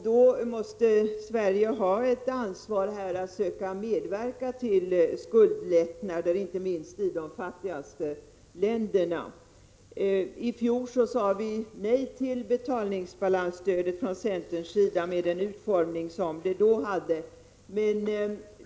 Då måste Sverige ta ett ansvar och söka medverka till skuldlättnader, inte minst i de fattigaste länderna. I fjol sade vi från centern nej till betalningsbalansstödet i den utformning som stödet då hade.